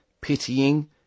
pitying